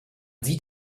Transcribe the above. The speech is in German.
sieht